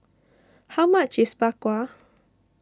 how much is Bak Kwa